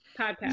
podcast